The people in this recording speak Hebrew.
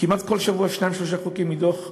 כמעט כל שבוע, שניים-שלושה חוקים מדוח אלאלוף.